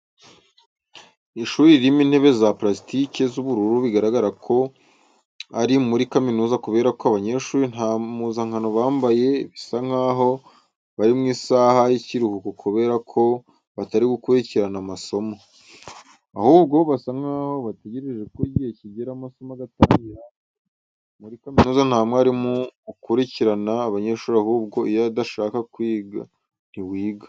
Ishuri ririmo intebe za parasitike z'ubururu bigaragara ko ari muri kaminuza kubera ko abanyeshuri nta muzankano bambaye, bisa nkaho bari mu isaha y'ikiruhuko kubera ko batari gukurikirana amasomo, ahubwo basa nkaho bategereje ko igihe kigera amasomo agatangira, muri kaminuza nta mwarimu ukurikirana abanyeshuri ahubwo iyo udashaka kwiga ntiwiga.